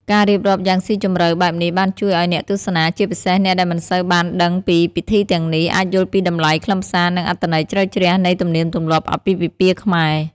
ការរៀបរាប់យ៉ាងស៊ីជម្រៅបែបនេះបានជួយឲ្យអ្នកទស្សនា ជាពិសេសអ្នកដែលមិនសូវបានដឹងពីពិធីទាំងនេះ អាចយល់ពីតម្លៃ ខ្លឹមសារ និងអត្ថន័យជ្រៅជ្រះនៃទំនៀមទម្លាប់អាពាហ៍ពិពាហ៍ខ្មែរ។